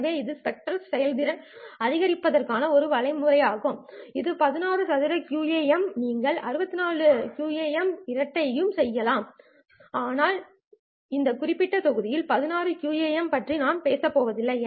எனவே இது ஸ்பெக்ட்ரல் செயல்திறனை அதிகரிப்பதற்கான ஒரு வழியாகும் இது 16 சதுர QAM நீங்கள் 64 QAM இரண்டையும் செய்யலாம் ஆனால் இந்த குறிப்பிட்ட தொகுதியில் 64 QAM பற்றி நான் பேசப்போவதில்லை